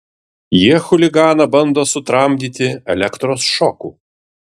jie chuliganą bando sutramdyti elektros šoku